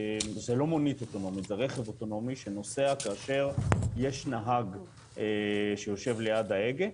לא מונית אוטונומית כאשר יש נהג שיושב ליד ההגה,